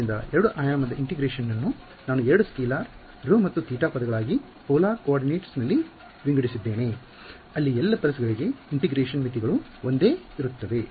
ಆದ್ದರಿಂದ 2 ಆಯಾಮದ ಇಂಟಿಗ್ರೇಷನ್ ನ್ನು ನಾನು 2 ಸ್ಕೇಲಾರ್ ρ ಮತ್ತು θ ಪದಗಳಾಗಿ ಪೊಲಾರ್ ಕೋಆ ರ್ಡಿನೇಟ್ಸ್ ನಲ್ಲಿ ವಿಂಗಡಿಸಿದ್ದೇನೆ ಅಲ್ಲಿ ಎಲ್ಲ ಪಲ್ಸ್ ಗಳಿಗೆ ಇಂಟಿಗ್ರೇಶನ್ ಮಿತಿಗಳು ಒಂದೇ ಇರುತ್ತವೆ